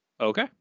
Okay